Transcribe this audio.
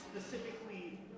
specifically